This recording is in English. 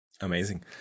Amazing